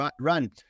run